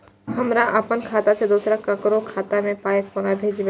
हमरा आपन खाता से दोसर ककरो खाता मे पाय कोना भेजबै?